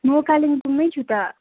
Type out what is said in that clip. म कालिम्पोङमै छु त